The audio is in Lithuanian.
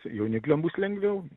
jaunikliam bus lengviau